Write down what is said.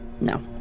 No